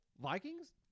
vikings